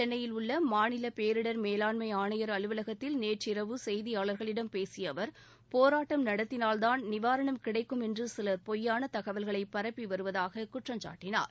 சென்னையில் உள்ள மாநில பேரிடர் மேலாண்மை ஆணையர் அலுவலகத்தில் நேற்றிரவு செய்தியாளர்களிடம் பேசிய அவர் போராட்டம் நடத்தினால்தான் நிவாரணம் கிடைக்கும் என்று சிலர் பொய்யான தகவல்களை பரப்பி வருவதாக குற்றம்சாட்டினார்